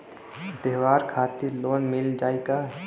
त्योहार खातिर लोन मिल जाई का?